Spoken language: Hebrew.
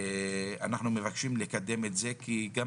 ואנחנו מבקשים לקדם את זה כי גם